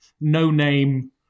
no-name